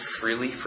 freely